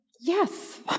yes